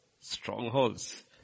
strongholds